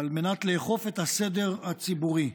על מנת לאכוף את הסדר הציבורי,